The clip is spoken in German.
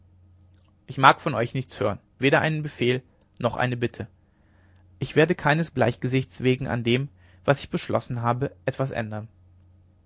ich mag von euch nichts hören weder einen befehl noch eine bitte ich werde keines bleichgesichtes wegen an dem was ich beschlossen habe etwas ändern